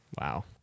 Wow